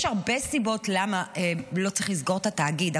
יש הרבה סיבות למה לא צריך לסגור את התאגיד,